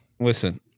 Listen